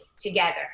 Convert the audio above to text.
together